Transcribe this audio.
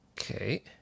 Okay